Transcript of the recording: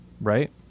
right